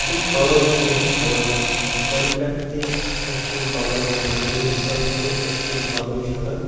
یِم پَلو چھِ أسۍ چھلان کۅلہِ پیٚٹھ تہِ أسۍ چھِ یِم پَلَو چھلان کِہیٖرِس تَل تہِ أسۍ چھِ یِم پَلَو چھلان